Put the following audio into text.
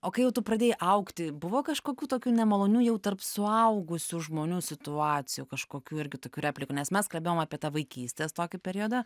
o kai jau tu pradėjai augti buvo kažkokių tokių nemalonių jau tarp suaugusių žmonių situacijų kažkokių irgi tokių replikų nes mes kalbėjom apie tą vaikystės tokį periodą